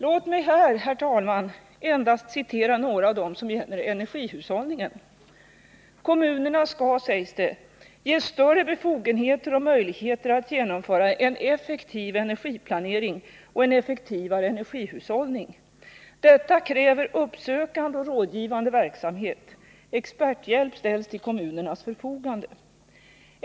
Låt mig här, herr talman, endast citera några av de punkter som gäller energihushållningen. ”Kommunerna ges större befogenheter och möjligheter att genomföra en effektiv energiplanering och en effektivare energihushållning. Detta kräver uppsökande och rådgivande verksamhet. Experthjälp ställs till kommunernas förfogande.